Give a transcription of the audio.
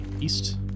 east